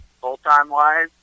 full-time-wise